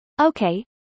Okay